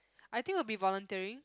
I think would be volunteering